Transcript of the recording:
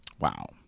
wow